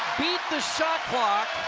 beat the shot clock.